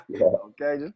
Okay